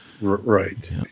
Right